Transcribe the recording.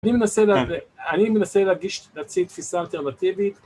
אני מנסה לזה, אני מנסה להגיש, להציג תפיסה אלטרנטיבית.